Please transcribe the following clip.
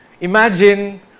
Imagine